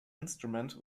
instrument